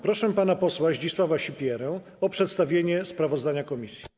Proszę pana posła Zdzisława Sipierę o przedstawienie sprawdzania komisji.